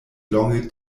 longe